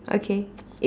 okay